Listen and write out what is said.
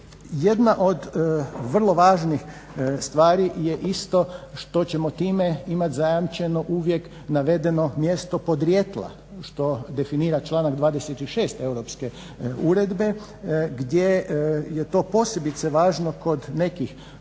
Jedna od vrlo važnih stvari je isto što ćemo time imati zajamčeno uvijek navedeno mjesto podrijetla što definira članak 26. Europske uredbe gdje je to posebice važno kod nekih